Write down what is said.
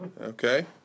Okay